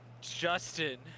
justin